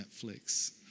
Netflix